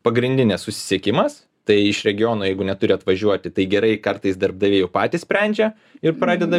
pagrindinė susisiekimas tai iš regiono jeigu neturi atvažiuoti tai gerai kartais darbdaviai jau patys sprendžia ir pradeda